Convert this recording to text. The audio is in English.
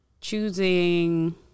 choosing